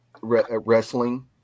wrestling